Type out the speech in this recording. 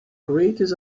creates